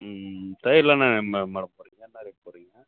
ம் ம் ம் தயிரெலாம் என்ன மே மேடம் போடுறீங்க என்ன ரேட் போடுறீங்க